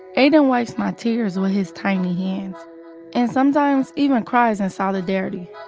aiden wipes my tears with his tiny hands and sometimes even cries in solidarity.